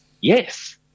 yes